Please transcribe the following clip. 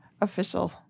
official